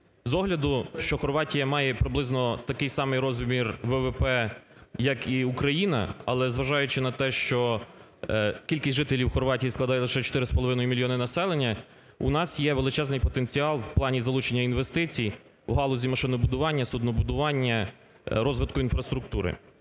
З огляду, що Хорватія має приблизно такий самий розмір ВВП, як і Україна, але, зважаючи на те, що кількість жителів Хорватії складає лише 4,5 мільйона населення, у нас є величезний потенціал в плані залучення інвестицій в галузі машинобудування, суднобудування, розвитку інфраструктури.